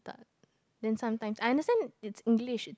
~ted then sometimes I understand it's English